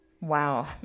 wow